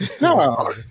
No